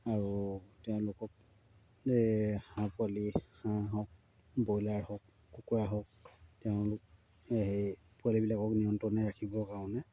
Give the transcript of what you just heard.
আৰু তেওঁলোকক এই হাঁহ পোৱালি হাঁহ হওক ব্ৰইলাৰ হওক কুকুৰা হওক তেওঁলোক সেই পোৱালিবিলাকক নিয়ন্ত্ৰণে ৰাখিবৰ কাৰণে